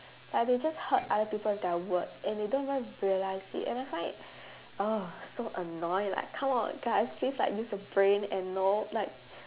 like they just hurt other people with their words and they don't even realise it and I find it oh so annoying like come on guys please like use your brain and you know like